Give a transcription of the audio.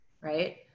right